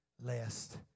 lest